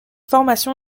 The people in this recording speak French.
formation